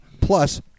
Plus